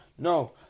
No